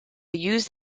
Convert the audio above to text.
used